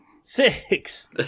Six